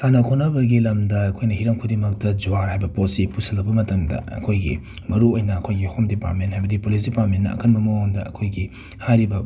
ꯁꯥꯟꯅ ꯈꯣꯠꯅꯕꯒꯤ ꯂꯝꯗ ꯑꯩꯈꯣꯏꯅ ꯍꯤꯔꯝ ꯈꯨꯗꯤꯡꯃꯛꯇ ꯖꯨꯋꯥꯔ ꯍꯥꯏꯕ ꯄꯣꯠꯁꯤ ꯄꯨꯁꯜꯂꯛꯄ ꯃꯇꯝꯗ ꯑꯩꯈꯣꯏꯒꯤ ꯃꯥꯔꯨ ꯑꯣꯏꯅ ꯑꯩꯈꯣꯏꯒꯤ ꯍꯣꯝ ꯗꯤꯄꯥꯃꯦꯟ ꯍꯥꯏꯕꯗꯤ ꯄꯨꯂꯤꯁ ꯗꯤꯄꯥꯃꯦꯟꯅ ꯑꯀꯟꯕ ꯃꯥꯑꯣꯡꯗ ꯑꯩꯈꯣꯏꯒꯤ ꯍꯥꯏꯔꯤꯕ